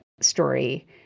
story